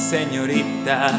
Señorita